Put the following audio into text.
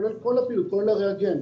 כולל הריאגנט,